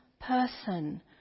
person